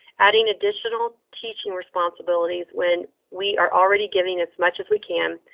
adding additional teaching responsibilities when we are already giving as much as we can,